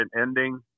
ending